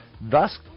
thus